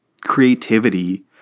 creativity